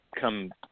come